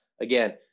Again